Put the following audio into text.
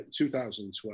2012